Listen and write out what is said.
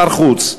שר חוץ.